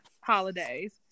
holidays